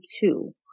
two